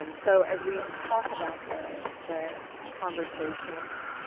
um so as we talk about the the conversation,